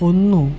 ഒന്നു